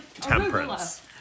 temperance